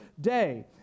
day